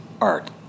art